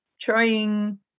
trying